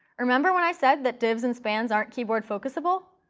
remember when i said that divs and spans aren't keyboard focusable?